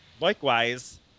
Likewise